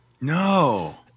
No